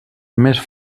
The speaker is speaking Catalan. més